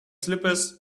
slippers